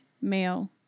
male